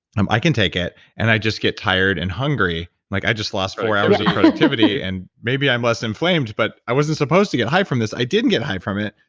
um i can take it and i just get tired and hungry, like i just lost four hour of productivity, and maybe i'm less inflamed, but i wasn't supposed to get high from this. i didn't get high from it,